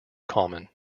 common